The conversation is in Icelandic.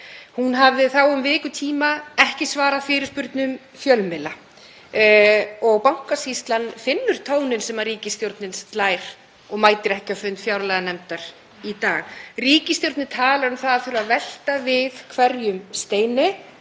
Hún hafði þá um viku tíma ekki svarað fyrirspurnum fjölmiðla. Bankasýslan finnur tóninn sem ríkisstjórnin slær og mætir ekki á fund fjárlaganefndar í dag. Ríkisstjórnin talar um að það þurfi að velta við hverjum steini,